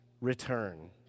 return